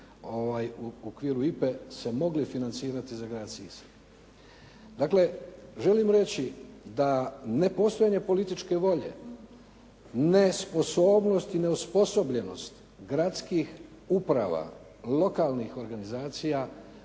u okviru IPA-e se mogli financirati za grad Sisak. Dakle, želim reći da nepostojanje političke volje, nesposobnost i neosposobljenost gradskih uprava, lokalnih organizacija